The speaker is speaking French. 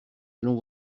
allons